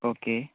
okay